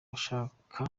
ushatse